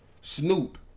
Snoop